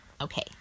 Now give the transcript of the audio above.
Okay